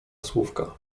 słówka